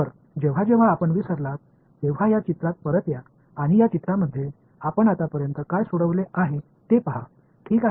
तर जेव्हा जेव्हा आपण विसरलात तेव्हा या चित्रात परत या आणि या चित्रामध्ये आपण आतापर्यंत काय सोडवले आहे ते पहा ठीक आहे